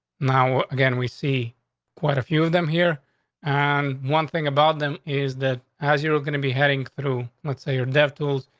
now, again, we see quite a few of them here on. and one thing about them is that as you were gonna be heading through, let's say you're deaf tools.